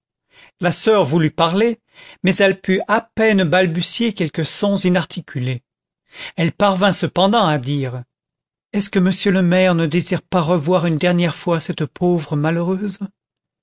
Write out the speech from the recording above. la soeur voulut parler mais elle put à peine balbutier quelques sons inarticulés elle parvint cependant à dire est-ce que monsieur le maire ne désire pas revoir une dernière fois cette pauvre malheureuse